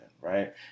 Right